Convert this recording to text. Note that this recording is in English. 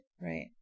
Right